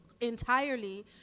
entirely